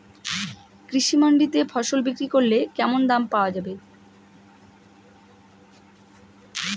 কৃষি মান্ডিতে ফসল বিক্রি করলে কেমন দাম পাওয়া যাবে?